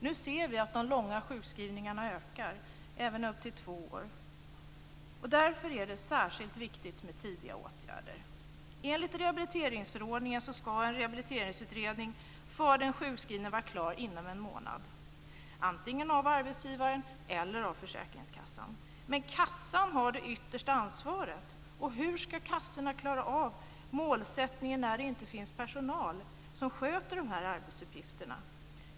Nu ser vi att de långa sjukskrivningarna ökar, även upp till två år. Därför är det särskilt viktigt med tidiga åtgärder. Enligt rehabiliteringsförordningen ska en rehabiliteringsutredning för den sjukskrivne vara klar inom en månad, antingen av arbetsgivaren eller av försäkringskassan. Men kassan har det yttersta ansvaret. Hur ska kassorna klara av målsättningen när det inte finns personal som sköter de här arbetsuppgifterna?